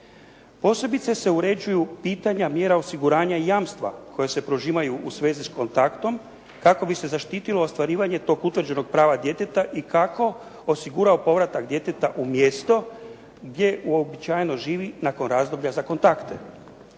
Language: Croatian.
Posebice se uređuju pitanja mjera osiguranja i jamstva koja se prožimaju u svezi s kontaktom kako bi se zaštitilo ostvarivanje tog utvrđenog prava djeteta i kako osigurao povratak djeteta u mjesto gdje uobičajeno živi nakon razdoblja za kontakte.